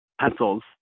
Pencils